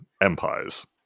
empires